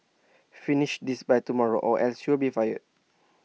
finish this by tomorrow or else you'll be fired